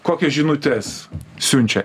kokias žinutes siunčia